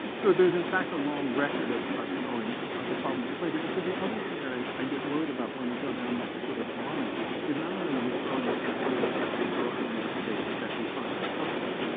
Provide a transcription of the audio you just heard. so there is, in fact, a long record of us knowing the problem of slavery. and so the other thing that i i get worried about when we go down this sort of line is not only are we throwing up barriers to historical investigations that we find uncomfortable,